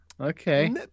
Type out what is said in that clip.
okay